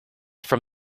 from